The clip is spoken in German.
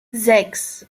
sechs